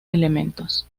elementos